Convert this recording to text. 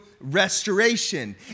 restoration